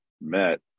met